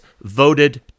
voted